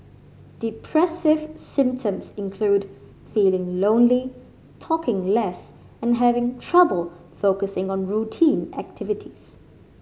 depressive symptoms include feeling lonely talking less and having trouble focusing on routine activities